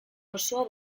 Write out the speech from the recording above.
osoa